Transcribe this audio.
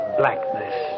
blackness